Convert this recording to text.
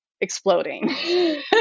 exploding